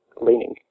leaning